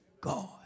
God